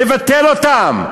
לבטל אותן,